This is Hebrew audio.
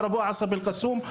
עומר אבו עסא מאלקסום,